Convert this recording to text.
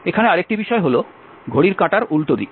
এখানে আরেকটি বিষয় হল ঘড়ির কাঁটার উল্টো দিকে